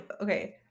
Okay